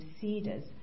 cedars